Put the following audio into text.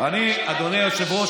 אדוני היושב-ראש,